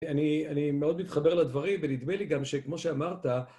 אני מאוד מתחבר לדברים, ונדמה לי גם שכמו שאמרת,